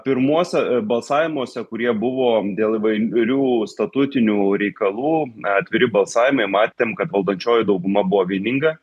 pirmuos balsavimuose kurie buvo dėl įvairių statutinių reikalų atviri balsavimai matėm kad valdančioji dauguma buvo vieninga